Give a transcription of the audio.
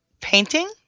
Painting